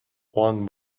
one